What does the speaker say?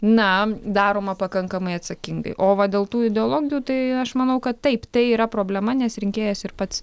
na daroma pakankamai atsakingai o va dėl tų ideologijų tai aš manau kad taip tai yra problema nes rinkėjas ir pats